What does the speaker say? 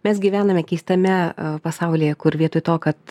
mes gyvename keistame pasaulyje kur vietoj to kad